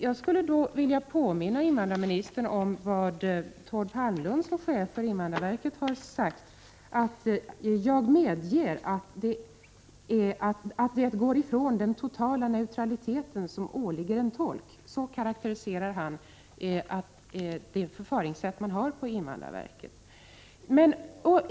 Jag skulle vilja påminna invandrarministern om att Thord Palmlund som chef för invandrarverket har sagt att han medger att detta är ett frångående av den totala neutraliteten som åligger en tolk. Så karakteriserar han det förfaringssätt man har på invandrarverket.